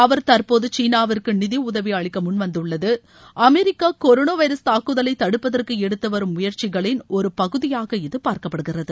அவர் தற்போது சீனாவிற்கு நிதி உதவி அளிக்க முன்வந்துள்ளது அமெரிக்க கொரோனா வைரஸ் தாக்குதலை தடுப்பதற்கு எடுத்து வரும் முயற்சிகளின் ஒரு பகுதியாக இது பார்க்கப்படுகிறது